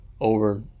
over